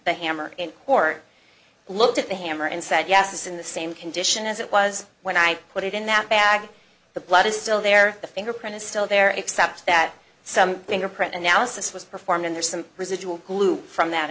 the hammer or looked at the hammer and said yes it's in the same condition as it was when i put it in that bag the blood is still there the fingerprint is still there except that some bigger print analysis was performed and there's some residual glue from that